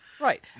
right